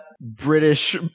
British